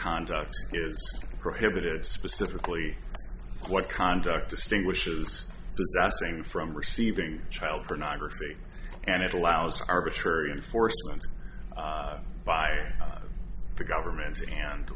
conduct is prohibited specifically what conduct distinguishes the sassing from receiving child pornography and it allows arbitrary enforcement by the government and